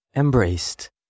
Embraced